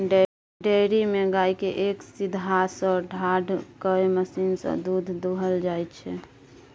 dairy मे गाय केँ एक सीधहा सँ ठाढ़ कए मशीन सँ दुध दुहल जाइ छै